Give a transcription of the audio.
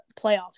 playoffs